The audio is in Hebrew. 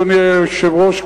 אדוני היושב-ראש,